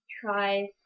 try